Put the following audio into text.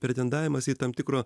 pretendavimas į tam tikro